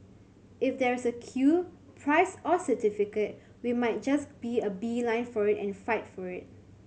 if there's a queue prize or certificate we might just be a beeline for it and fight for it